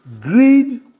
Greed